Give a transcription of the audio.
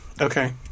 Okay